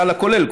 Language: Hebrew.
הסל הכולל,